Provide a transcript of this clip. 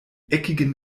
eckigen